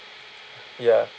ya